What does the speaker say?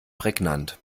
prägnant